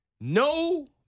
No